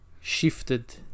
shifted